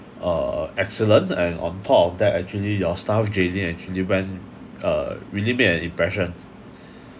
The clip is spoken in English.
uh excellent and on top of that actually your staff jaylene actually went uh really made an impression